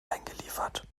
eingeliefert